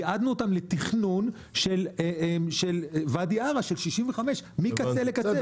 ייעדנו אותם לתכנון של ואדי ערה, של 65 מקצה לקצה.